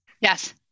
Yes